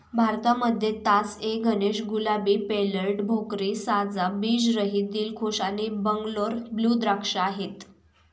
भारतामध्ये Tas A Ganesh, Gulabi, Perlette, Bhokri, साजा, बीज रहित, दिलखुश आणि बंगलोर ब्लू द्राक्ष आहेत